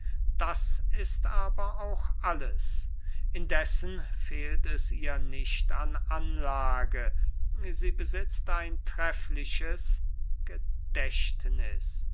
das ist aber auch alles indessen fehlt es ihr nicht an anlage sie besitzt ein treffliches gedächtniß